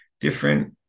different